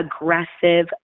aggressive